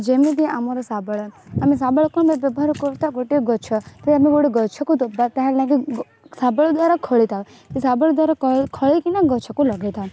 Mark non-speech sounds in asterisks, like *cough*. ଯେମିତି ଆମର ଶାବଳ ଆମେ ଶାବଳ କ'ଣ ପାଇଁ ବ୍ୟବହାର କରିଥାଉ ଗୋଟେ ଗଛ *unintelligible* ଆମେ ଗୋଟେ ଗଛକୁ ଦେବା *unintelligible* ଶାବଳ ଦ୍ୱାରା ଖୋଳିଥାଉ ଶାବଳ ଦ୍ୱାର ଖୋଳିକିନା ଗଛକୁ ଲଗାଇଥାଉ